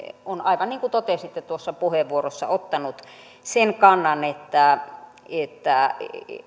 on aivan niin kuin totesitte puheenvuorossanne ottanut sen kannan että että